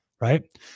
right